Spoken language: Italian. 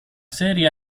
serie